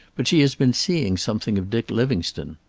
but she has been seeing something of dick livingstone.